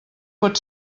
pot